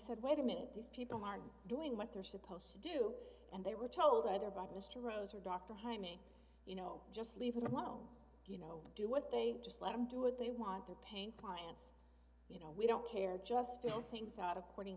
said wait a minute these people aren't doing what they're supposed to do and they were told either by mr rose or dr jaime you know just leave him alone you know do what they just let him do what they want they're paying clients you know we don't care just feel things out according